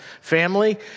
family